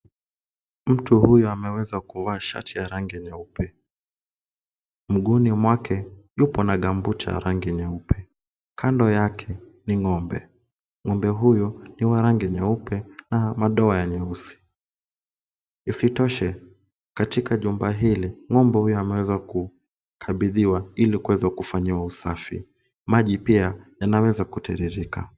Mtu huyu ameweza kuvaa shati ya rangi nyeupe. Mguuni mwake yupo na gumboot ya rangi nyeupe. Kando yake ni ng'ombe. Ng'ombe huyo ni wa rangi nyeupe na madoa ya nyeusi. Isitoshe, katika jumba hili, ng'ombe huyo ameweza kukabidhiwa ili kuweza kufanyiwa usafi. Maji pia yanaweza kutiririka.